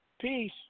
Peace